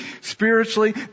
spiritually